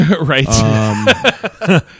right